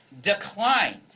declined